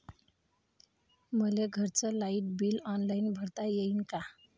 मले घरचं light bill online भरता येईन का?